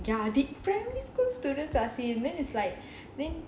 ya the primary school students ask me and then it's like then